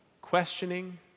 questioning